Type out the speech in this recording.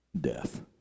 death